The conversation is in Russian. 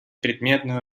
предметную